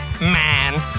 man